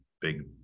big